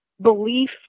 belief